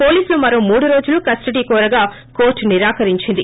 పోలీసులు మరో మూడు రోజులు కస్వడీ కోరగా కోర్ల్ నిరాకరించింది